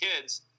kids